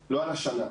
לא על השנה.